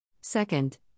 Second